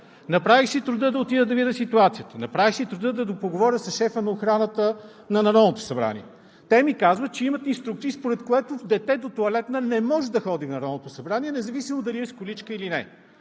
Направих си труда да отида и да видя ситуацията. Направих си труда да поговоря с шефа на охраната на Народното събрание. Те ми казват, че имат инструкции, според които дете до тоалетна не може да ходи в Народното събрание, независимо дали е с количка, или не